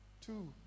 Two